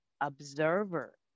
observer